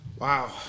Wow